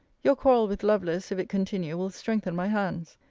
your quarrel with lovelace, if it continue, will strengthen my hands.